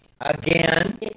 again